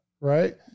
right